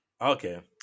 Okay